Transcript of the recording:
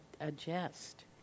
adjust